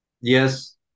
yes